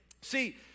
See